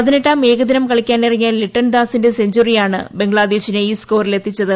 പതിനെട്ടാം ഏകദിനം കളിക്കാനിറങ്ങിയ ലിട്ടൻദാസിന്റെ സെഞ്ചറിയാണ് ബംഗ്ലാദേശിനെ ഈ സ്കോറിൽ എത്തിച്ചത്